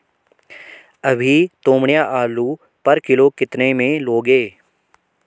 अभी तोमड़िया आलू पर किलो कितने में लोगे?